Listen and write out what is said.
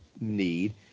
need